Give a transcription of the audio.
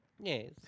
Yes